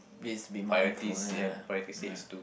please be mindful like that ya